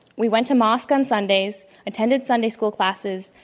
we went to mosque on sundays, attended sunday school classes,